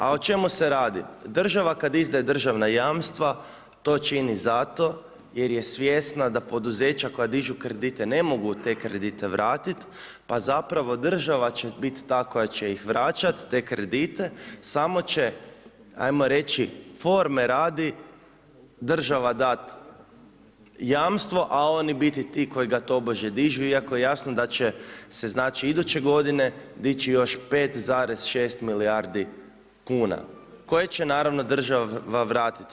A o čemu se radi? država kada izdaje državna jamstva to čini zato jer je svjesna da poduzeća koja dižu kredite ne mogu te kredite vratiti pa zapravo država će biti ta koja će ih vraćati te kredite, samo će ajmo reći forme radi država dat jamstvo, a oni biti ti koji ga tobože dižu iako je jasno da će iduće godine dići još 5,6 milijardi kuna, koje će naravno država vratiti.